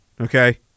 okay